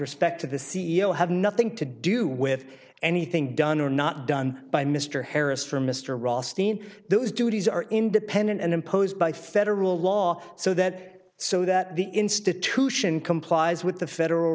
respect to the c e o have nothing to do with anything done or not done by mr harris for mr ross dean those duties are independent and imposed by federal law so that so that the institution complies with the federal